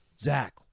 Zach